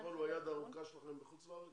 הארגון הוא כביכול היד הארוכה שלכם בחוץ לארץ?